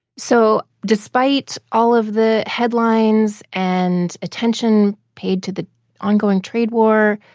so despite all of the headlines and attention paid to the ongoing trade war,